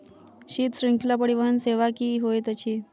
शीत श्रृंखला परिवहन सेवा की होइत अछि?